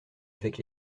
avec